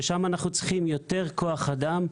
ששם אנחנו צריכים יותר כוח אדם,